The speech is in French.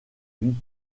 vie